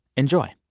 enjoy